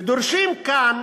ודורשים כאן